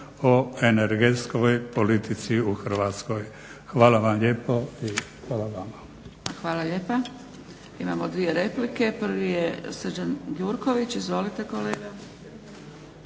o energetskoj politici u Hrvatskoj. Hvala vam lijepo i hvala vama. **Zgrebec, Dragica (SDP)** Hvala lijepa. Imamo dvije replike. Prvi je Srđan Gjurković. Izvolite kolega.